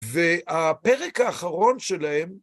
והפרק האחרון שלהם